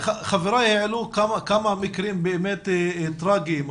חבריי העלו כמה מקרים טרגיים,